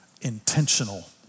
intentional